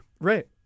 Right